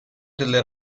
delle